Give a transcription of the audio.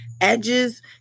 edges